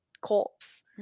corpse